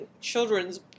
children's